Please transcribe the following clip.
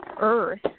earth